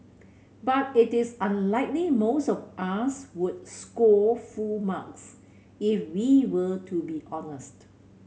but it is unlikely most of us would score full marks if we were to be honest